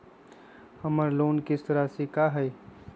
हमर लोन किस्त राशि का हई?